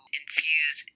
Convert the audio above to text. infuse